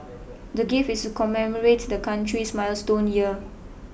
the gift is commemorate the country's milestone year